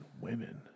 Women